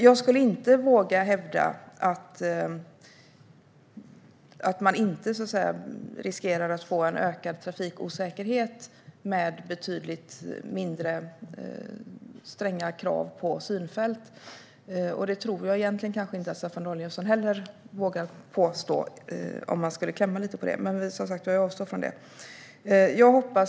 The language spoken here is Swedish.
Jag vågar inte hävda att vi inte riskerar att få en ökad trafikosäkerhet med mindre stränga krav på synfält. Jag tror inte att Staffan Danielsson heller vågar påstå det om jag står på mig. Men jag avstår som sagt från det.